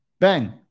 Bang